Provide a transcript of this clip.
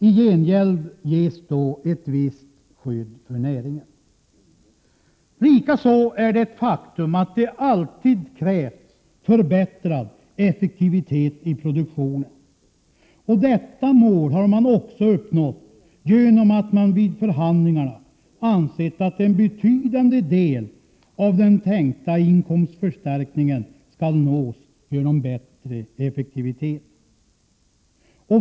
I gengäld ges då ett visst skydd för näringen. Likaså är det ett faktum att det alltid krävts förbättrad effektivitet i produktionen. Detta mål har man uppnått genom att man vid förhandlingarna har ansett att en betydande del av den tänkta inkomstförstärkningen skall uppnås genom bättre effektivitet.